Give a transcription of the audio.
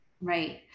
Right